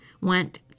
went